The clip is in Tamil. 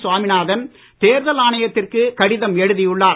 சுவாமிநாதன் தேர்தல் ஆணையத்திற்கு கடிதம் எழுதியுள்ளார்